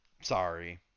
Sorry